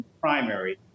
primary